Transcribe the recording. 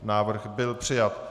Návrh byl přijat.